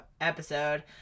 episode